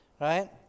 right